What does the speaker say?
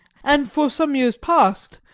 and for some years past,